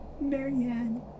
Marianne